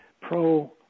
pro